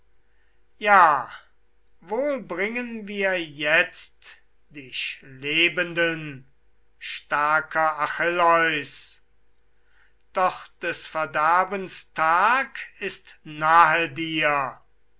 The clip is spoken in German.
ja wohl bringen wir jetzt dich lebenden starker achilleus doch des verderbens tag ist nahe dir